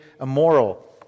immoral